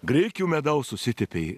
grikių medaus užsitepei